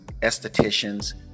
estheticians